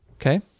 okay